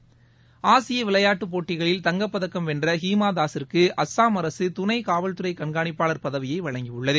ஆசியவிளையாட்டுப் போட்டிகளில் தங்கப்பதக்கம் வென்றஹீமாதாஸிற்கு அஸ்ஸாம் அரசுதுணைகாவல்துறைகண்காணிப்பாளர் பதவியைவழங்கியுள்ளது